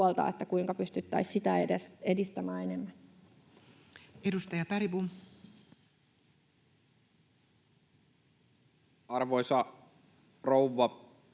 kuinka pystyttäisiin sitä edistämään enemmän. Edustaja Bergbom. Arvoisa rouva